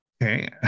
Okay